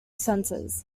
centers